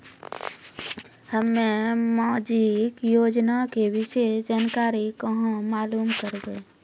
हम्मे समाजिक योजना के विशेष जानकारी कहाँ मालूम करबै?